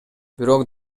бирок